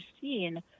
seen